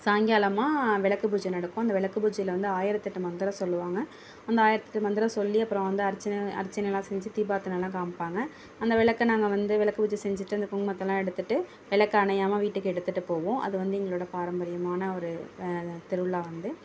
சாயங்காலமா விளக்கு பூஜை நடக்கும் அந்த விளக்கு பூஜையில் வந்து ஆயிரத்தெட்டு மந்திரம் சொல்வாங்க அந்த ஆயிரத்தெட்டு மந்திரம் சொல்லி அப்புறம் வந்து அர்ச்சனை அர்ச்சனைலாம் செஞ்சு தீபாரத்தனலாம் காம்மிப்பாங்க அந்த விளக்க நாங்கள் வந்து விளக்கு பூஜை செஞ்சுட்டு அந்த குங்குமத்தைலாம் எடுத்துட்டு விளக்கு அணையாமல் வீட்டுக்கு எடுத்துட்டு போவோம் அது வந்து எங்களோடய பாரம்பரியமான ஒரு திருவிழா வந்து